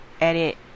edit